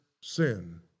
sin